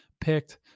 picked